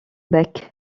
bec